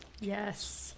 Yes